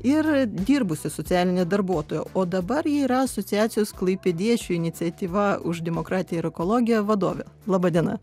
ir dirbusi socialine darbuotoja o dabar yra asociacijos klaipėdiečių iniciatyva už demokratiją ir ekologiją vadovė laba diena